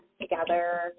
together